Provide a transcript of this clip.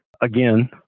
again